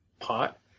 pot